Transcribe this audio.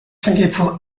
singapour